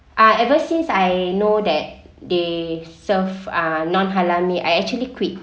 I ever since I know that they serve are non halal meh I actually quit